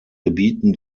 gebieten